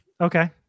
Okay